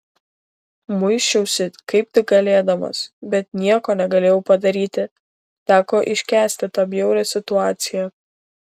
muisčiausi kaip tik galėdamas bet nieko negalėjau padaryti teko iškęsti tą bjaurią situaciją